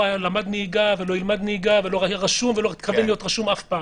למד נהיגה ולא ילמד נהיגה ולא יהיה רשום אף פעם.